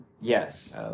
Yes